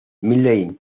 miley